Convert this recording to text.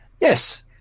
yes